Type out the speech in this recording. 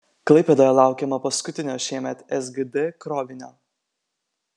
klaipėdoje laukiama paskutinio šiemet sgd krovinio